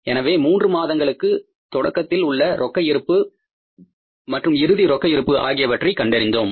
எனவே மூன்று மாதங்களுக்கு தொடக்கத்தில் உள்ள ரொக்க இருப்பு மற்றும் இறுதி ரொக்க இருப்பு ஆகியவற்றை கண்டறிந்தோம்